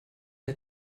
der